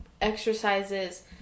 exercises